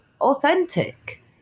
authentic